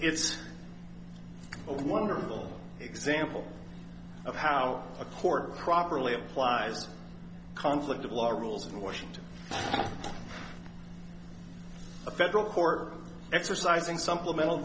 it's of wonderful example of how a court properly applies conflict of law rules in washington a federal court exercising some mental